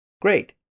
Great